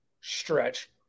stretch